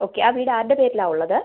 okay ആ വീട് ആരുടെ പേരിലാണ് ഉള്ളത്